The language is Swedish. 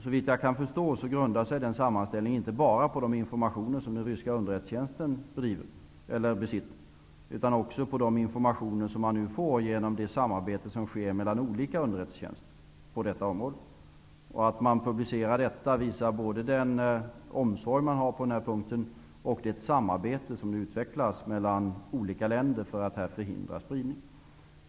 Såvitt jag kan förstå grundar sig den sammanställningen inte bara på de informationer som den ryska underrättelsetjänsten besitter utan också på de informationer som man nu får genom det samarbete som sker mellan olika underrättelsetjänster på detta område. Att detta publiceras visar både den omsorg som man har på den här punkten och det samarbete som nu håller på att utvecklas mellan olika länder för att förhindra spridning.